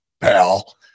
pal